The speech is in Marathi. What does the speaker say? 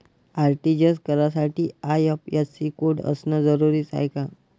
आर.टी.जी.एस करासाठी आय.एफ.एस.सी कोड असनं जरुरीच हाय का?